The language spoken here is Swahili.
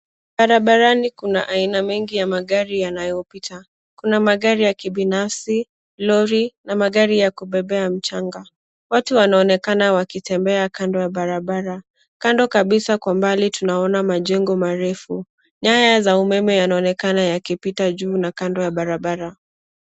Barabarani kuna aina mengi ya magari yanayopita. Kuna magari ya kibinafsi, lori, na magari ya kubebea mchanga. Watu wanaonekana wakitembea kando ya barabara. Kando kabisa kwa mbali tunaona majengo marefu. Nyaya za umeme yanaonekana yakipita juu na kando ya barabara.